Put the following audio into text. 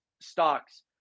stocks